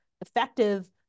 effective